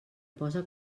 posa